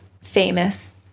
famous